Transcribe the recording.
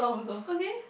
okay